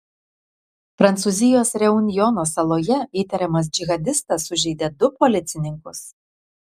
prancūzijos reunjono saloje įtariamas džihadistas sužeidė du policininkus